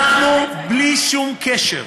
אנחנו, בלי שום קשר,